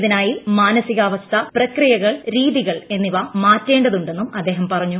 ഇതിനായി മാനസികാവസ്ഥ പ്രക്രിയകൾ രീതികൾ എന്നിവ മാറ്റേണ്ടതുണ്ടെന്നും അദ്ദേഹം പറഞ്ഞു